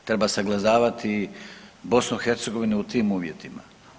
Treba sagledavati BiH u tim uvjetima.